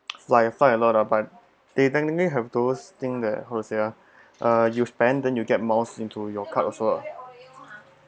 fly fly a lot lah but they technically have those thing that how to say ah uh you spend then you get miles into your card also